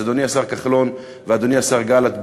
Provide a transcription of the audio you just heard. אז אדוני השר כחלון ואדוני השר גלנט,